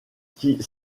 qui